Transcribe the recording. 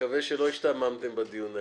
מקווה שלא השתעממתם בדיון היום.